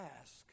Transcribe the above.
ask